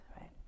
right